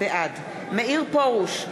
בעד מאיר פרוש,